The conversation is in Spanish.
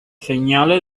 señales